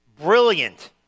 Brilliant